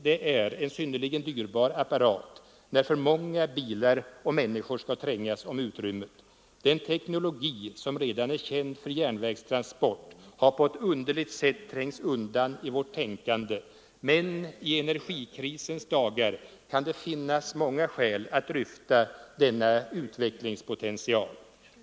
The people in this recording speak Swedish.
Det är en synnerligen dyrbar apparat när för många bilar och människor skall trängas om utrymmet. Teknologin för järnvägstransport har på ett underligt sätt trängts undan i vårt tänkande, men i energikrisens dagar kan det finnas många skäl att dryfta denna utvecklingspotential.